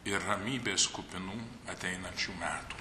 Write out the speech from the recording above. ir ramybės kupinų ateinančių metų